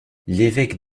l’évêque